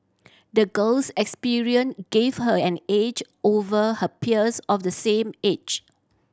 the girl's experience give her an edge over her peers of the same age